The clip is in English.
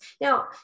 Now